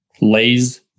Lay's